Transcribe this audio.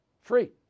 free